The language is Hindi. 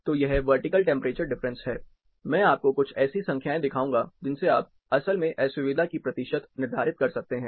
तो यह वर्टिकल टेंपरेचर डिफरेंस है मैं आपको कुछ ऐसी संख्याएं दिखाऊंगा जिनसे आप असल में असुविधा की प्रतिशत निर्धारित कर सकते हैं